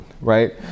right